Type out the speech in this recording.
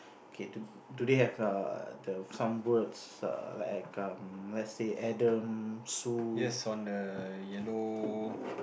yes on the yellow